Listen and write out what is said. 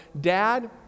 Dad